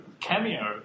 Cameo